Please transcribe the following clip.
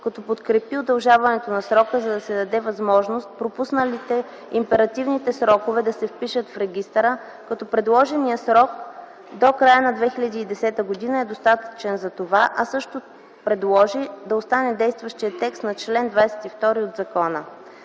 като подкрепи удължаването на срока, за да се даде възможност пропусналите императивните срокове да се впишат в регистъра, като предложеният срок до края на 2010 г. е достатъчен за това, а също предложи да остане действащият текст на чл. 22 от закона.